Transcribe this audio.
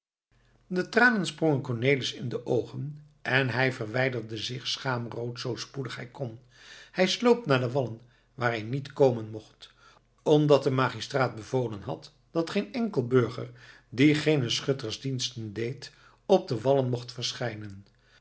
de tranen sprongen cornelis in de oogen en hij verwijderde zich schaamrood zoo spoedig hij kon hij sloop naar de wallen waar hij niet komen mocht omdat de magistraat bevolen had dat geen enkel burger die geene schuttersdiensten deed op de wallen mocht verschijnen